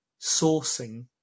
sourcing